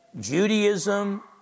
Judaism